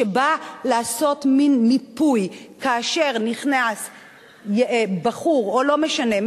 שבא לעשות מין מיפוי, כאשר נכנס בחור או לא משנה,